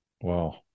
Wow